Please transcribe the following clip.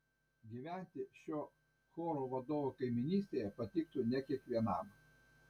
gyventi šio choro vadovo kaimynystėje patiktų ne kiekvienam